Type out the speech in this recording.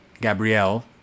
Gabrielle